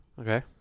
Okay